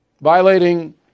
Violating